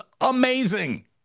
amazing